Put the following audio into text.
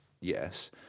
Yes